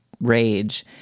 rage